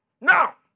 Now